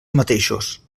mateixos